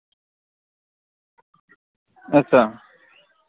अच्छा